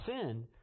sin